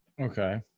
Okay